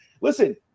Listen